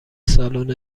سالن